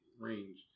Range